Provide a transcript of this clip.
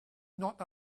not